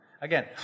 Again